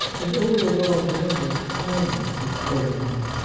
and overwhelm them with kindness accordingly.